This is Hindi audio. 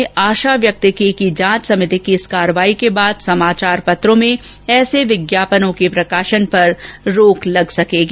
उन्होंने आशा व्यक्त की कि जांच समिति की इस कार्यवाही के बाद समाचार पत्रों में ऐसे विज्ञापनों के प्रकाशन पर रोक लग सकेगी